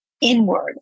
inward